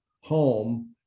home